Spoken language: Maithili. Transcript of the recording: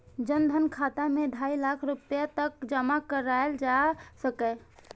जन धन खाता मे ढाइ लाख रुपैया तक जमा कराएल जा सकैए